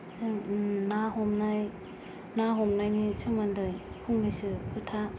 जों ना हमनाय ना हमनायनि सोमोन्दै फंनैसो खोथा